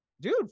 dude